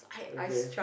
okay